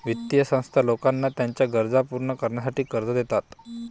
वित्तीय संस्था लोकांना त्यांच्या गरजा पूर्ण करण्यासाठी कर्ज देतात